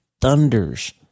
thunders